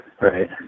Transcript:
Right